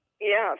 yes